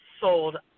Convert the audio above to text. sold